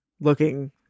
looking